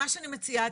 מה שאני מציעה,